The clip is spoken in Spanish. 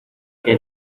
que